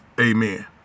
Amen